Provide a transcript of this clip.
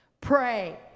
pray